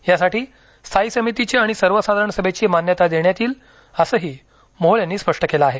यासाठी स्थायी समितीची आणि सर्वसाधारण सभेची मान्यता देण्यात येईल असंही मोहोळ यांनी स्पष्ट केलं आहे